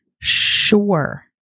sure